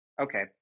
okay